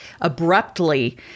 abruptly